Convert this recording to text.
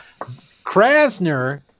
Krasner